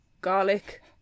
garlic